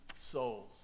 souls